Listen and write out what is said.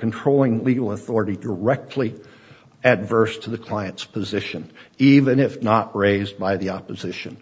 controlling legal authority directly at vers to the client's position even if not raised by the opposition